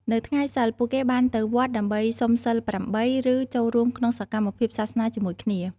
នៅថ្ងៃសីល ពួកគេបានទៅវត្តដើម្បីសុំសីលប្រាំបីនិងចូលរួមក្នុងសកម្មភាពសាសនាជាមួយគ្នា។